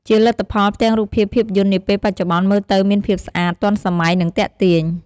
ជាលទ្ធផល ផ្ទាំងរូបភាពភាពយន្តនាពេលបច្ចុប្បន្នមើលទៅមានភាពស្អាត ទាន់សម័យ និងទាក់ទាញ។